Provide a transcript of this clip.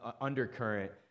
undercurrent